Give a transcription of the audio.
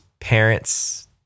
parents